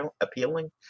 appealing